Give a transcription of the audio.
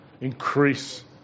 Increase